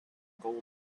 gold